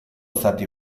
zati